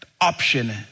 Option